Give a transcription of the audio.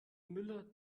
müller